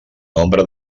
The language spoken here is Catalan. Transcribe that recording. nombre